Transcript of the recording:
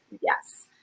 Yes